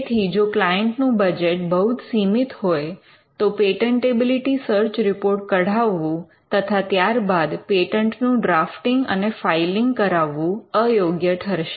તેથી જો ક્લાયન્ટ નું બજેટ બહુ જ સીમિત હોય તો પેટન્ટેબિલિટી સર્ચ રિપોર્ટ કઢાવવું તથા ત્યારબાદ પેટન્ટનું ડ્રાફ્ટીંગ અને ફાઇલિંગ કરાવવું અયોગ્ય ઠરશે